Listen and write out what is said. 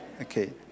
Okay